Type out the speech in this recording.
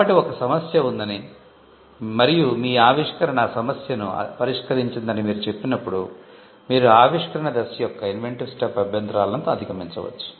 కాబట్టి ఒక సమస్య ఉందని మరియు మీ ఆవిష్కరణ ఆ సమస్యను పరిష్కరించిందని మీరు చెప్పినప్పుడు మీరు ఆవిష్కరణ దశ యొక్క ఇన్వెంటివ్ స్టెప్ అభ్యంతరాలను అదిగమించవచ్చు